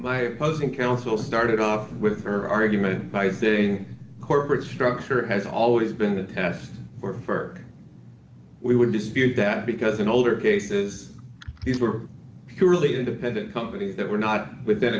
my posing counsel started off with her argument by sitting corporate structure has always been a test for her we would dispute that because in older cases these were purely independent companies that were not within